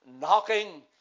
knocking